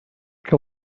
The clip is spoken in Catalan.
que